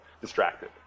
distracted